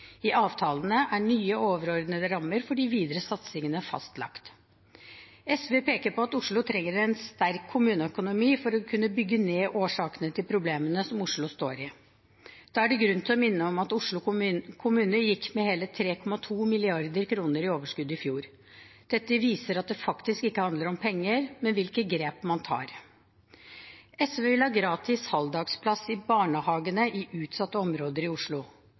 I avtalene er nye, overordnede rammer for de videre satsingene fastlagt. SV peker på at Oslo trenger en sterk kommuneøkonomi for å kunne bygge ned årsakene til problemene som Oslo står i. Da er det grunn til å minne om at Oslo kommune gikk med hele 3,2 mrd. kr i overskudd i fjor. Dette viser at det faktisk ikke handler om penger, men om hvilke grep man tar. SV vil ha gratis halvdagsplass i barnehagene i utsatte områder i Oslo.